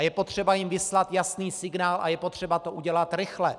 Je potřeba jim vyslat jasný signál a je potřeba to udělat rychle.